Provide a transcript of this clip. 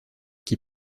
qui